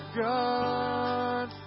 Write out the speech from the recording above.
God